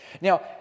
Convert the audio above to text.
Now